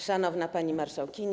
Szanowna Pani Marszałkini!